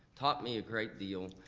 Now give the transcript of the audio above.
taught me a great deal,